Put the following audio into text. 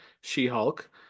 She-Hulk